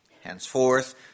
Henceforth